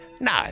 No